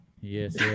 Yes